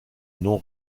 non